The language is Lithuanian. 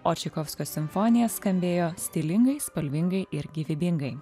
o čaikovskio simfonija skambėjo stilingai spalvingai ir gyvybingai